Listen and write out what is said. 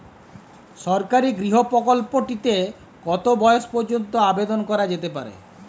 সরকারি গৃহ প্রকল্পটি তে কত বয়স পর্যন্ত আবেদন করা যেতে পারে?